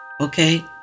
okay